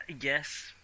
yes